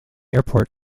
airport